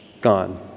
gone